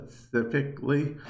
specifically